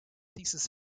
thesis